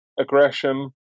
aggression